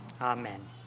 Amen